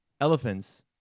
elephants